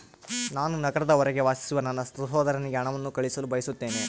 ನಾನು ನಗರದ ಹೊರಗೆ ವಾಸಿಸುವ ನನ್ನ ಸಹೋದರನಿಗೆ ಹಣವನ್ನು ಕಳುಹಿಸಲು ಬಯಸುತ್ತೇನೆ